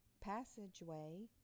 Passageway